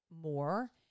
more